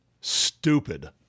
stupid